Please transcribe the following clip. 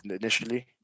initially